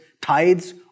tithes